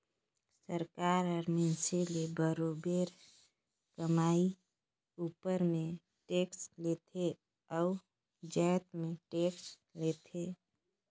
सरकार हर मइनसे ले बरोबेर कमई उपर में टेक्स लेथे अउ जाएत में टेक्स लेथे